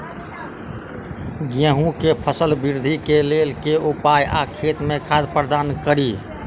गेंहूँ केँ फसल वृद्धि केँ लेल केँ उपाय आ खेत मे खाद प्रदान कड़ी?